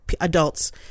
adults